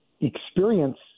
experience